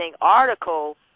article